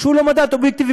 שהוא לא מדד אובייקטיבי,